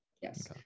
Yes